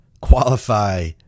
qualify